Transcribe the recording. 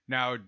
Now